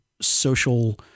social